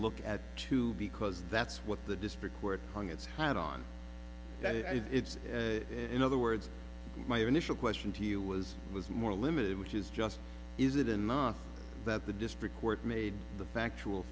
look at two because that's what the district where it hung its hand on that if it's in other words my initial question to you was was more limited which is just is it enough that the district court made the factual